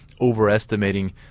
overestimating